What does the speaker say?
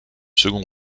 second